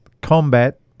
combat